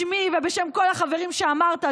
בשמי ובשם כל החברים שאמרת,